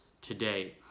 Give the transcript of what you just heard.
today